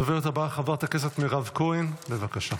הדוברת הבאה, חברת הכנסת מירב כהן, בבקשה.